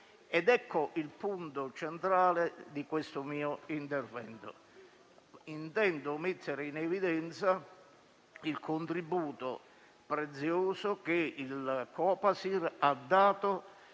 Ed ecco il punto centrale di questo mio intervento: intendo mettere in evidenza il contributo prezioso che il Copasir ha dato